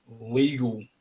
legal